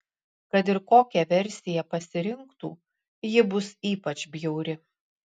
kad ir kokią versiją pasirinktų ji bus ypač bjauri